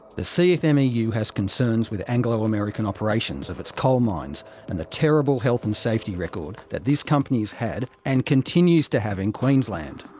the cfmeu has concerns with anglo american operations of its coal mines and the terrible health and safety record that this company has had and continues to have in queensland.